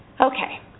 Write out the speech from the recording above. Okay